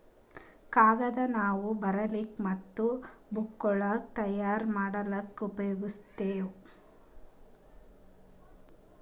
ಕಾಗದ್ ನಾವ್ ಬರಿಲಿಕ್ ಮತ್ತ್ ಬುಕ್ಗೋಳ್ ತಯಾರ್ ಮಾಡ್ಲಾಕ್ಕ್ ಉಪಯೋಗಸ್ತೀವ್